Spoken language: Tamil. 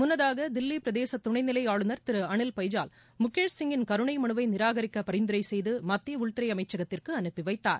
முன்னதாக தில்லி பிரதேச துணைநிலை ஆளுநர் திரு அனில் பைஜால் முகேஷ்சிங்கின் கருணை மனுவை நிராகரிக்க பரிந்துரை செய்து மத்திய உள்துறை அமைச்சகத்திற்கு அனுப்பி வைத்தார்